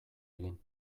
egin